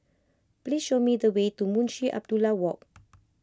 please show me the way to Munshi Abdullah Walk